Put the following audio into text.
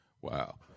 wow